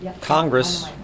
Congress